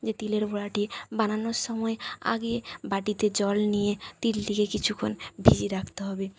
যে তিলের বড়াটি বানানোর সময় আগে বাটিতে জল নিয়ে তিলটিকে কিছুক্ষণ ভিজিয়ে রাখতে হবে